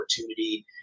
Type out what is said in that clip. opportunity